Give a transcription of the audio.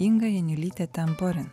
inga janiulytė temporin